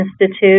Institute